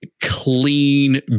clean